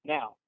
Now